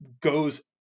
goes